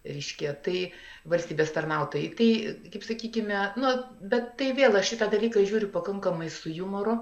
reiškia tai valstybės tarnautojai tai kaip sakykime nu bet tai vėl aš šitą dalyką žiūriu pakankamai su jumoru